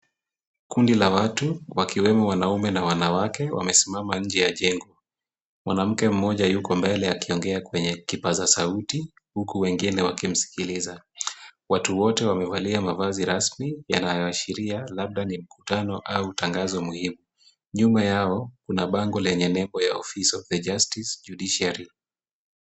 Kundi la watu wakiwemo wanaume na wanawake wamesimama nje ya jengo. Mwanamke mmoja yuko mbele akiongea kwenye kipaza sauti huku wengine wakimsikiliza. Watu wote wamevalia mavazi rasmi yanayoashiria labda ni mkutano au tangazo muhimu. Nyuma yao kuna bango lenye nembo ya office of the justice judiciary .